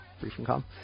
Briefing.com